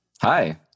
Hi